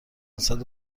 صدو